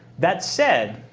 that said,